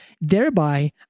thereby